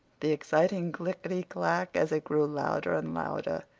the exciting clickety-click, as it grew louder and louder,